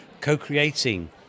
co-creating